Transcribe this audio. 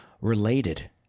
related